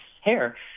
hair